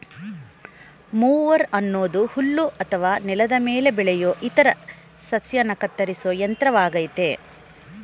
mower ಅನ್ನೋದು ಹುಲ್ಲು ಅಥವಾ ನೆಲದ ಮೇಲೆ ಬೆಳೆಯೋ ಇತರ ಸಸ್ಯನ ಕತ್ತರಿಸೋ ಯಂತ್ರವಾಗಯ್ತೆ